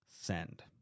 Send